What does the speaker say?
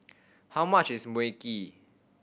how much is Mui Kee